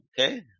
Okay